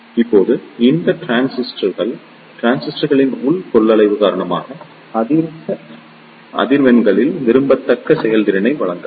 இப்போது இந்த டிரான்சிஸ்டர்கள் டிரான்சிஸ்டர்களின் உள் கொள்ளளவு காரணமாக அதிக அதிர்வெண்களில் விரும்பத்தக்க செயல்திறனை வழங்காது